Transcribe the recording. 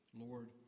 Lord